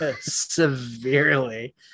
severely